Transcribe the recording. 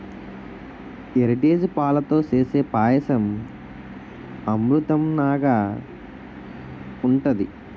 Heritage పాలతో సేసే పాయసం అమృతంనాగ ఉంటది